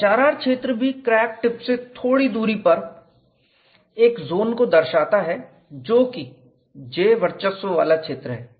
HRR क्षेत्र भी crack tip से थोड़ी दूरी पर एक जोन को दर्शाता है जो कि J वर्चस्व वाला क्षेत्र है